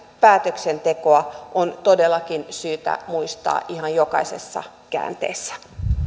päätöksenteko on todellakin syytä muistaa ihan jokaisessa käänteessä